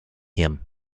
him